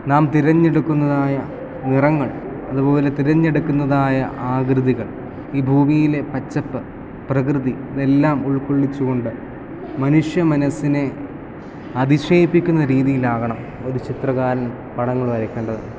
നാം തിരഞ്ഞെടുക്കുന്നതായ നിറങ്ങൾ അതുപോലെ തിരഞ്ഞെടുക്കുന്നതായ ആകൃതികൾ ഈ ഭൂമിയിലെ പച്ചപ്പ് പ്രകൃതി ഇതെല്ലാം ഉൾക്കൊള്ളിച്ച് കൊണ്ട് മനുഷ്യമനസ്സിനെ അതിശയിപ്പിക്കുന്ന രീതിയിലാകണം ഒരു ചിത്രകാരൻ പടങ്ങൾ വരയ്ക്കേണ്ടത്